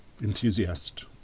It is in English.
enthusiast